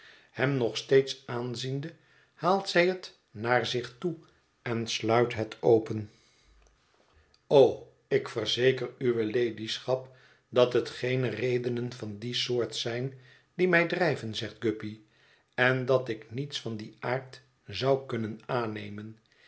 hem nog steeds aanziende haalt zij het naar zich toe en sluit het open o ik verzeker uwe ladyschap datjietgeene redenen van die soort zijn die mij drijven zegt guppy en dat ik niets van dien aard zou kunnen aannemen